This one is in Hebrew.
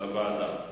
לוועדה שלי.